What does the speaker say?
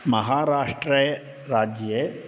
महाराष्ट्रे राज्ये